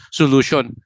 solution